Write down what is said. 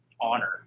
honor